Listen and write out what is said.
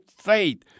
faith